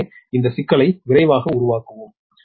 எனவே இந்த சிக்கலை விரைவாக உருவாக்குவோம்